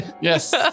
Yes